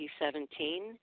2017